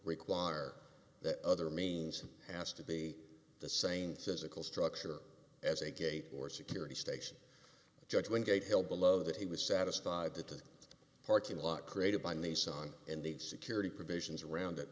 require that other means has to be the same says ical structure as a gate or security station judge when gate hill below that he was satisfied that the parking lot created by nissan and the security provisions around it